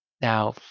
now